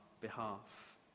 behalf